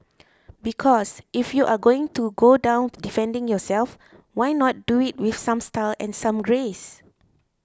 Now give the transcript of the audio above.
because if you are going to go down defending yourself why not do it with some style and some grace